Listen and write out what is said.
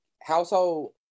household